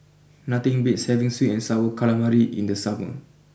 nothing beats having sweet and Sour Calamari in the summer